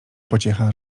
pociecha